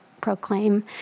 proclaim